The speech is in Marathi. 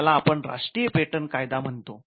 याला आपण राष्ट्रीय पेटंट कायदा म्हणतो